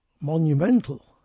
monumental